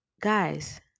Guys